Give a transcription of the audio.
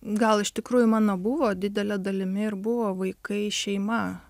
gal iš tikrųjų mano buvo didele dalimi ir buvo vaikai šeima